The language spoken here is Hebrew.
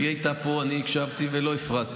כשהיא הייתה פה אני הקשבתי ולא הפרעתי.